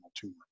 tumor